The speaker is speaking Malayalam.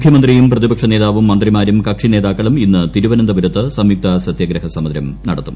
മുഖ്യമന്ത്രിയും പ്രതിപക്ഷ നേതാവും മന്ത്രിമാരും കക്ഷിനേതാക്കളും ഇന്ന് തിരുവനന്തപുരത്ത് സംയുക്ത സത്യാഗ്രഹ സമരം നടത്തും